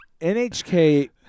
NHK